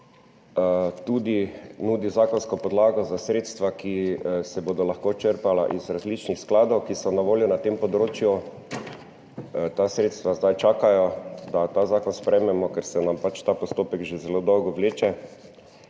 tudi nudi zakonsko podlago za sredstva, ki se bodo lahko črpala iz različnih skladov, ki so na voljo na tem področju. Ta sredstva zdaj čakajo, da ta zakon sprejmemo, ker se nam pač ta postopek že zelo dolgo vleče.